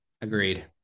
Agreed